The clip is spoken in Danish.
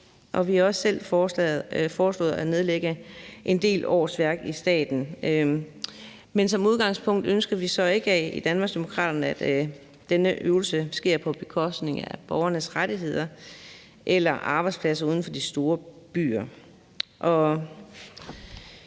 vi har også selv foreslået at nedlægge en del årsværk i staten, men som udgangspunkt ønsker vi i Danmarksdemokraterne så ikke, at denne øvelse sker på bekostning af borgernes rettigheder eller arbejdspladser uden for de store byer.